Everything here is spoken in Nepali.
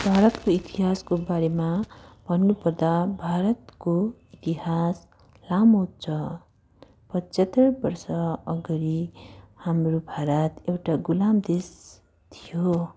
भारतको इतिहासको बारेमा भन्नुपर्दा भारतको इतिहास लामो छ पचहत्तर वर्ष अगाडि हाम्रो भारत एउटा गुलाम देश थियो